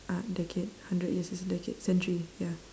uh decade hundred years is decade century ya